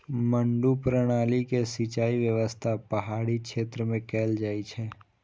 मड्डू प्रणाली के सिंचाइ व्यवस्था पहाड़ी क्षेत्र मे कैल जाइ छै